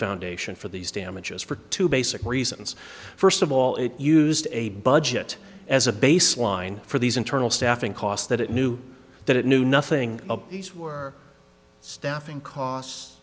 foundation for these damages for two basic reasons first of all it used a budget as a baseline for these internal staffing costs that it knew that it knew nothing about staffing cos